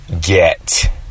get